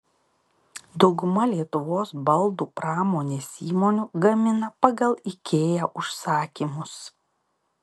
dauguma lietuvos baldų pramonės įmonių gamina pagal ikea užsakymus